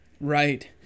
Right